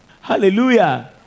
Hallelujah